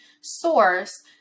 source